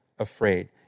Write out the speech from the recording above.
afraid